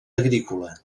agrícola